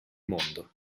mondo